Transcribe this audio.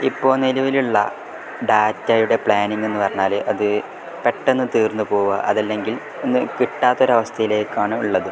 ഇപ്പോൾ നിലവിലുള്ള ഡാറ്റയുടെ പ്ലാനിംഗെന്നു പറഞ്ഞാൽ അത് പെട്ടന്ന് തീർന്നു പോവുകയാണ് അതല്ലെങ്കിൽ ഒന്ന് കിട്ടാത്തൊരവസ്ഥയിലേക്കാണ് ഉള്ളത്